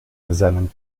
seinen